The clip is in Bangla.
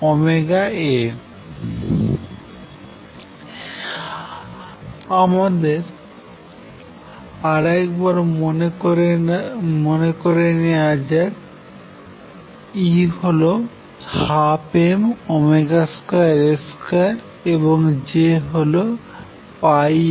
আমাদের আর একবার মনে করা যাক E হল 12m2A2 এবং J হল πmωA2